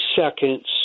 seconds